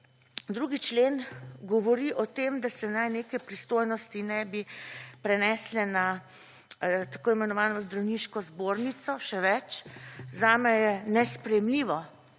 2. člen govori o tem, da se naj neke pristojnosti ne bi prenesele na tako imenovano zdravniško zbornico. Še več, zame je nesprejemljivo,